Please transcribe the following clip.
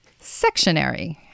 sectionary